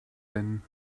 been